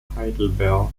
heidelberg